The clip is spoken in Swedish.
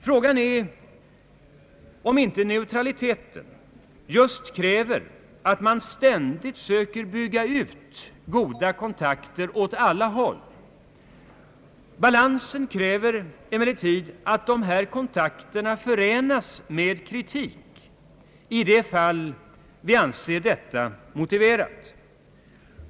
Frågan är om inte neutraliteten just kräver att man ständigt söker bygga ut goda kontakter åt alla håll. Balansen kräver emellertid att dessa kontakter förenas med kritik i de fall vi anser sådan motiverad.